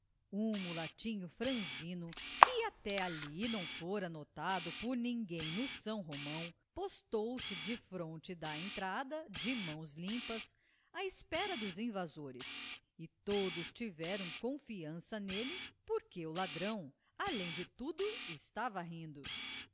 um mulatinho franzino que até ai não fora notado por ninguém no são romão postou-se defronte da entrada de mãos limpas à espera dos invasores e todos tiveram confiança nele porque o ladrão além de tudo estava rindo